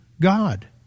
God